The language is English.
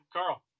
Carl